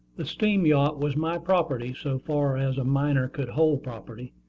the steam-yacht was my property, so far as a minor could hold property.